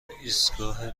ایستگاه